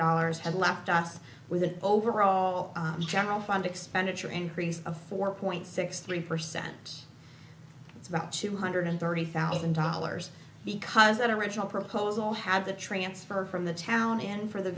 dollars had left us with the overall general fund expenditure increase of four point six three percent it's about two hundred thirty thousand dollars because that original proposal had the transfer from the town and for the